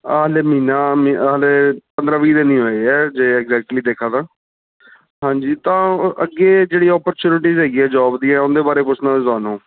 ਹਲੇ ਮਹੀਨਾ ਹਲੇ ਪੰਦਰਾਂ ਵੀਹ ਦਿਨ ਈ ਹੋਏ ਐ ਜੇ ਐਗਜੈਕਟਲੀ ਦੇਖਣ ਤਾਂ ਹਾਂਜੀ ਤਾਂ ਅੱਗੇ ਜਿਹੜੀ ਓਪਰਚੂਨੀਟੀਸ ਹੈਗੀਆਂ ਜੋਬ ਦੀਆਂ ਉਨ ਦੇ ਬਾਰੇ ਪੁੱਛਣਾ ਸੀ ਤੁਹਾਨੂੰ